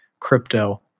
Crypto